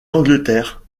angleterre